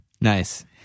Nice